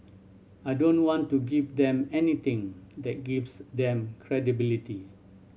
I don't want to give them anything that gives them credibility